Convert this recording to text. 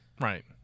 right